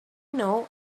know